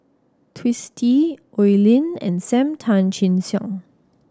Twisstii Oi Lin and Sam Tan Chin Siong